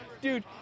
Dude